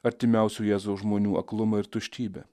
artimiausių jėzaus žmonių aklumą ir tuštybę